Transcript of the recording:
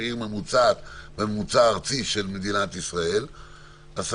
אנחנו